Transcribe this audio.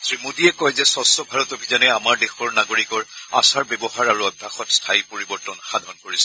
শ্ৰী মোডীয়ে কয় যে স্বছ্ ভাৰত অভিযানে আমাৰ দেশৰ নাগৰিকৰ আচাৰ ব্যৱহাৰ আৰু অভ্যাসত স্থায়ী পৰিৱৰ্তন সাধন কৰিছে